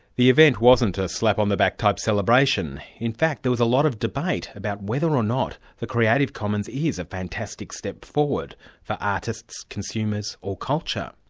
the event wasn't ah a slap-on-the-back-type celebration, in fact there was a lot of debate about whether or not the creative commons is a fantastic step forward for artists, consumers or culture.